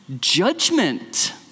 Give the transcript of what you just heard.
judgment